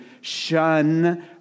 shun